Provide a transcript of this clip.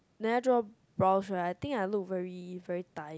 may I draw brows first I think I look very very tired